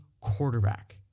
quarterback